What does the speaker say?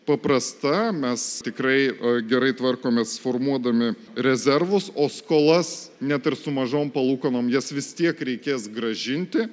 paprasta mes tikrai a gerai tvarkomės formuodami rezervus o skolas net ir su mažom palūkanom jas vis tiek reikės grąžinti